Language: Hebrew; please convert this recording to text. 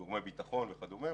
גורמי ביטחון וכדומה.